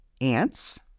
ants